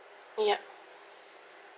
yup